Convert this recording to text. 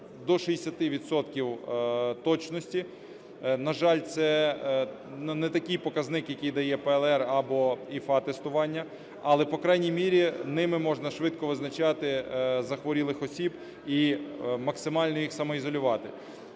точності, на жаль. Це не такий показник, який дає ПЛР або ІФА-тестування, але, по крайній мірі, ними можна швидко визначати захворілих осіб і максимально їх самоізолювати.